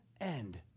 end